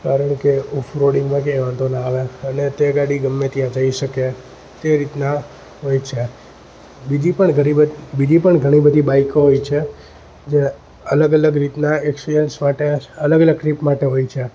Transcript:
કારણકે ઓફરોડિંગમાં કંઈ વાંધો ના આવે અને તે ગાડી ગમે ત્યાં જઈ શકે તે રીતના હોય છે બીજી પણ ઘણી બધી બીજી પણ ઘણી બધી બાઈકો હોય છે જે અલગ અલગ રીતના એક્સપિરિયન્સ માટે અલગ અલગ ટ્રીપ માટે હોય છે